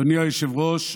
אדוני היושב-ראש,